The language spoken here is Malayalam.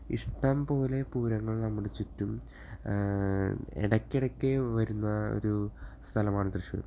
ഇഷ്ടം പോലെ പൂരങ്ങൾ നമ്മുടെ ചുറ്റും ഇടയ്ക്കിടയ്ക്ക് വരുന്ന ഒരു സ്ഥലമാണ് തൃശ്ശൂർ